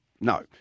No